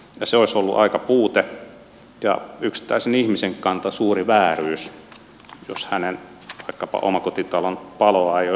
se olisi ollut aika suuri puute ja yksittäisen ihmisen kannalta suuri vääryys jos vaikkapa hänen omakotitalonsa paloa ei olisi tutkittu